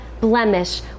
blemish